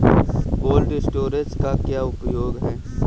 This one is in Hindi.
कोल्ड स्टोरेज का क्या उपयोग है?